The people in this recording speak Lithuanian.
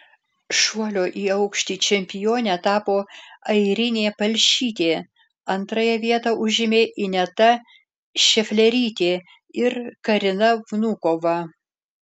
šuolio į aukštį čempione tapo airinė palšytė antrąją vietą užėmė ineta šeflerytė ir karina vnukova